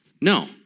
no